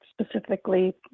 specifically